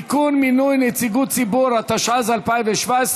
(תיקון, מינוי נציגות ציבור), התשע"ז 2017,